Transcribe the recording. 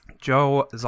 joe